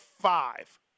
five